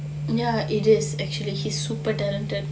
ya it is actually he's super talented